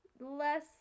less